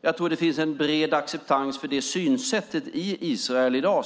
Jag tror att det finns en bred acceptans för det synsättet i Israel i dag.